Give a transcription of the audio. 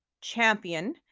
champion